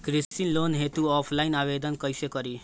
कृषि लोन हेतू ऑफलाइन आवेदन कइसे करि?